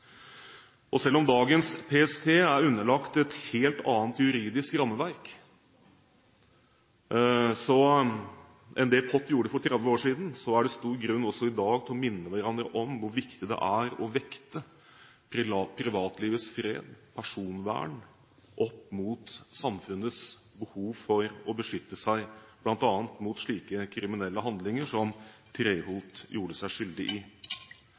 Selv om dagens PST er underlagt et helt annet juridisk rammeverk enn det POT var for 30 år siden, er det stor grunn også i dag til å minne hverandre om hvor viktig det er å vekte privatlivets fred, personvern, opp mot samfunnets behov for å beskytte seg bl.a. mot slike kriminelle handlinger som Treholt gjorde seg skyldig i.